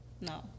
No